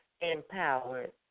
Empowered